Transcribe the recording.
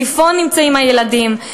איפה נמצאים הילדים,